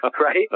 right